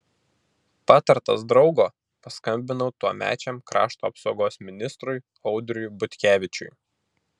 patartas draugo paskambinau tuomečiam krašto apsaugos ministrui audriui butkevičiui